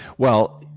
well,